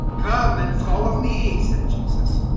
come and follow me, said jesus,